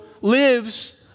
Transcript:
lives